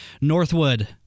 Northwood